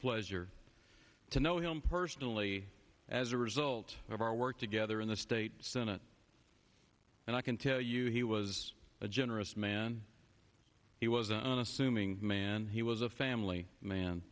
pleasure to know him personally as a result of our work together in the state senate and i can tell you he was a generous man he was an unassuming man he was a family man